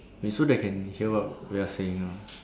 wait so they can hear what we are saying ah